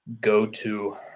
go-to